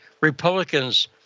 Republicans